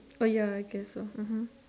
oh ya I guess so mmhmm